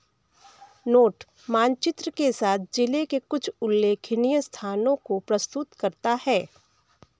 note मानचित्र के साथ जिले के कुछ उल्लेखनीय स्थानों को प्रस्तुत करता है